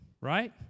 right